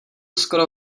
skoro